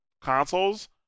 consoles